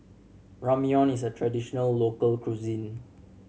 ramyeon is a traditional local cuisine